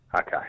Okay